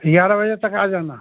ग्यारह बजे तक आ जाना